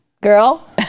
Girl